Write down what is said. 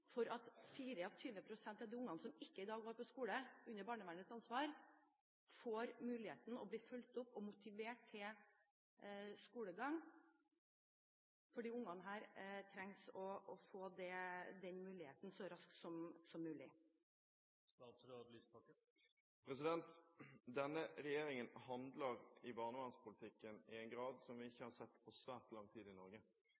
for at de 24 pst. av ungene under barnevernets ansvar som i dag ikke går på skole, får muligheten og blir fulgt opp og motivert til skolegang? Disse ungene trenger å få den muligheten så raskt som mulig. Denne regjeringen handler i barnevernspolitikken i en grad vi ikke har sett på svært lang tid i Norge. Vi